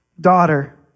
Daughter